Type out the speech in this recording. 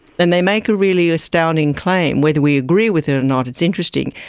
and they make a really astounding claim, whether we agree with it or not, it's interesting,